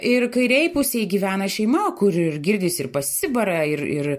ir kairėj pusėj gyvena šeima kur ir girdisi ir pasibara ir ir